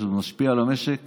זה משפיע על המשק